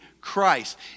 Christ